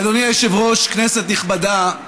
אדוני היושב-ראש, כנסת נכבדה,